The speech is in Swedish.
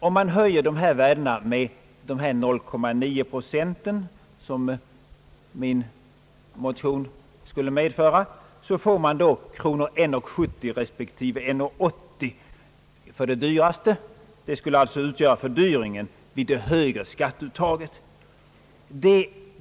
Om man höjer dessa värden med 0,9 procent, som min motion skulle medföra, får man en fördyring på 1:70 respektive 1:80.